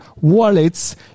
wallets